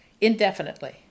indefinitely